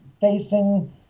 facing